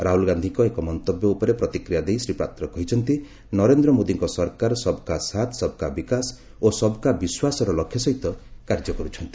ରାହୁଳ ଗାନ୍ଧୀଙ୍କ ଏକ ମନ୍ତବ୍ୟ ଉପରେ ପ୍ରତିକ୍ରିୟା ଦେଇ ଶ୍ରୀ ପାତ୍ର କହିଛନ୍ତି ନରେନ୍ଦ୍ର ମୋଦୀଙ୍କ ସରକାର ସବ୍ କା ସାଥ୍ ସବ୍ କା ବିକାଶ ଓ ସବ୍ କା ବିଶ୍ୱାସର ଲକ୍ଷ୍ୟ ସହିତ କାର୍ଯ୍ୟ କରୁଛନ୍ତି